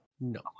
no